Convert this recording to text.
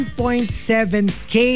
1.7k